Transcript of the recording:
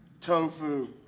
tofu